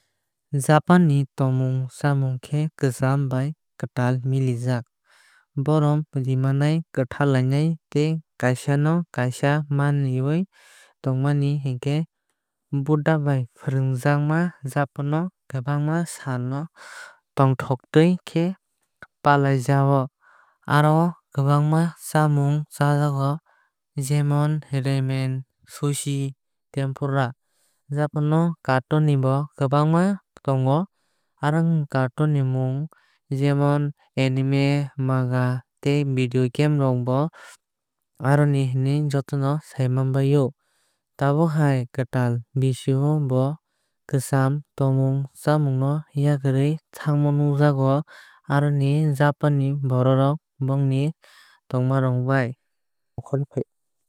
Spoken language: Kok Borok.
Japan ni tongmung chamung khe kwcham bai kwtak mili jag. Borom rimani kwthlai tei kaisa no kaisa maniwui tong mani hinkhe budha bai fwrungjakma. Japan no kwbangma sal no tongthokmatwui khe palai jaog. Aro o kwbangma chamung chajago jemon remen suchi tempura. Japan no cartoon ni bo kwbangma tongo. Aro o cartoon ni mung jemon anime manga tei video game rok bo aroni hinui jotono sai manbai o. Tabuk hai kwtal bisi o bo kwcham tongmung chamung no yakarwui thangma nukjago aroni japan ni borok rok bongni tonrokbai.